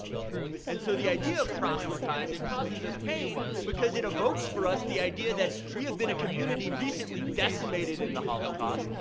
and so, the idea of proselytizing causes us pain because it evokes for us the idea that we have been a community recently decimated in the holocaust,